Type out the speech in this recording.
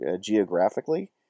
geographically